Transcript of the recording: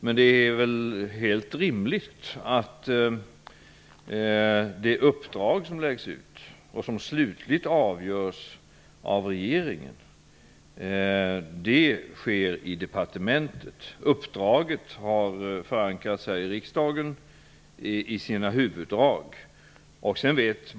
Men det är helt rimligt att uppläggningen av uppdraget, som ju slutligt avgörs av regeringen, sker i departementet. Uppdraget i sina huvuddrag har förankrats här i riksdagen.